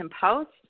Post